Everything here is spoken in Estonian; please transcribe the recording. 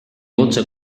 otse